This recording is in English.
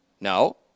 No